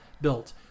built